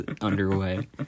underway